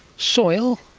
soil,